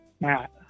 Matt